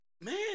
man